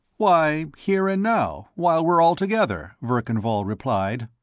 why, here and now, while we're all together, verkan vall replied.